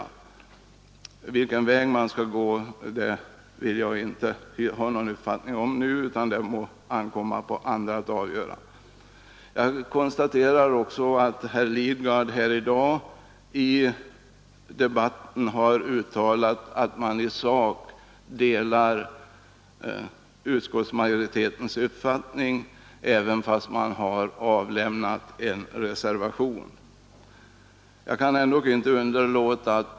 Vilken väg man skall gå må ankomma på andra att avgöra. Herr Lidgard har i debatten i dag sagt att reservanterna i sak delar utskottsmajoritetens uppfattning i denna fråga.